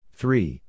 three